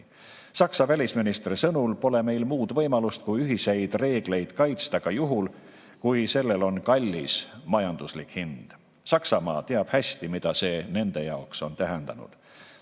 Saksa välisministri sõnul pole meil muud võimalust kui ühiseid reegleid kaitsta ka juhul, kui sellel on kallis majanduslik hind. Saksamaa teab hästi, mida see nende jaoks on tähendanud. Täna